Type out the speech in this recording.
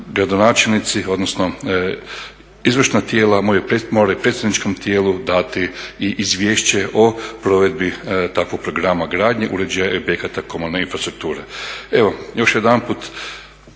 gradonačelnici odnosno izvršna tijela moraju predsjedničkom tijelu dati i izvješće o provedbi takvog programa gradnje, projekata komunalne infrastrukture. Evo, još jedanput